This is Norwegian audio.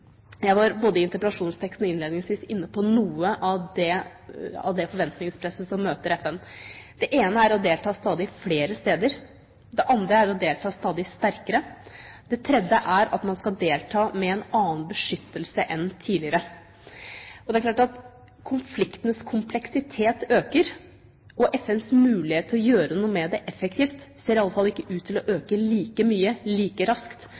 i interpellasjonsteksten og var også innledningsvis inne på noe av det forventningspresset som møter FN. Det ene er å delta stadig flere steder, det andre er å delta stadig sterkere, det tredje er at man skal delta med en annen beskyttelse enn tidligere. Det er klart at konfliktenes kompleksitet øker, og FNs mulighet til å gjøre noe effektivt med det ser i alle fall ikke ut til å øke like mye og like raskt